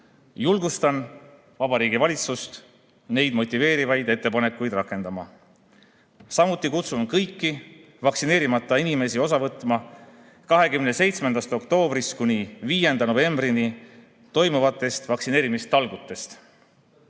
Vabariigi Valitsust neid motiveerivaid ettepanekuid rakendama. Samuti kutsun kõiki vaktsineerimata inimesi osa võtma 27. oktoobrist kuni 5. novembrini toimuvatest vaktsineerimistalgutest.